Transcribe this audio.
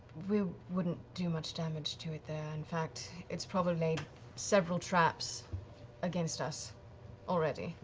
we wouldn't do much damage to it there, in fact, it's probably laid several traps against us already.